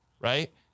right